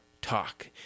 talk